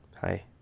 Hi